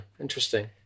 interesting